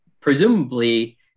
presumably